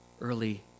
early